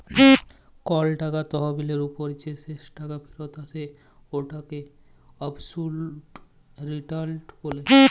call ইকট তহবিলের উপর যে শেষ টাকা ফিরত আসে উটকে অবসলুট রিটার্ল ব্যলে